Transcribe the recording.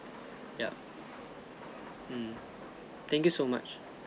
yup um thank you so much